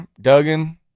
Duggan